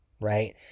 right